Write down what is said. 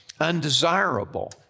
Undesirable